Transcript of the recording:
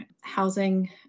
housing